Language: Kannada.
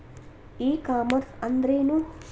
ಇ ಕಾಮರ್ಸ್ ಅಂದ್ರೇನು?